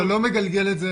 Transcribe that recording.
אתה לא מגלגל את זה,